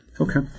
Okay